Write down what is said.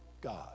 God